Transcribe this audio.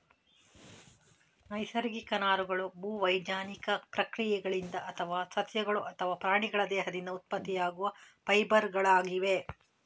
ನೈಸರ್ಗಿಕ ನಾರುಗಳು ಭೂ ವೈಜ್ಞಾನಿಕ ಪ್ರಕ್ರಿಯೆಗಳಿಂದ ಅಥವಾ ಸಸ್ಯಗಳು ಅಥವಾ ಪ್ರಾಣಿಗಳ ದೇಹದಿಂದ ಉತ್ಪತ್ತಿಯಾಗುವ ಫೈಬರ್ ಗಳಾಗಿವೆ